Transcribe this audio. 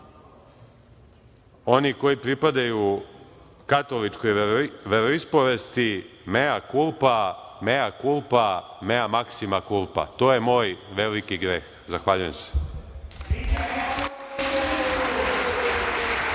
oni koji pripadaju katoličkoj veroispovesti – „mea kulpa, mea kulpa, mea maksima kulpa“. To je moj veliki greh. Zahvaljujem se.